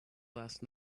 last